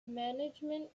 management